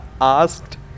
asked